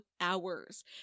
hours